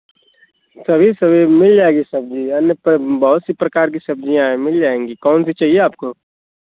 सभी सभी मिल जाएगी सब्ज़ी अन्य प्र बहुत सी प्रकार की सब्ज़ियँ हैं मिल जाएँगी कौन सी चाहिए आपको